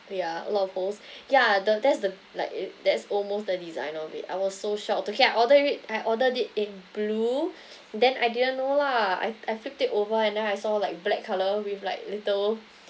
yeah a lot of holes yeah the that's the like it that's almost the design of it I was so shocked okay I ordered it I ordered it in blue then I didn't know lah I I flipped it over and then I saw like black colour with like little